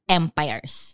empires